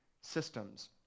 systems